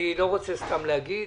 אני לא רוצה סתם לומר.